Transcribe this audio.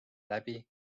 läbi